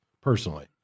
personally